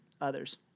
others